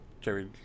Jerry